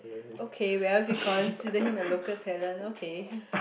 okay well if you consider him a local talent okay